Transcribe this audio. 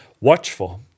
Watchful